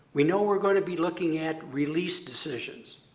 we know we're going to be looking at release decisions.